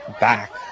back